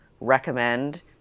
recommend